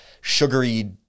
sugary